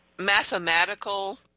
mathematical